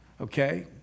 okay